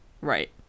Right